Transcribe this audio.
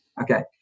okay